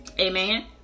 Amen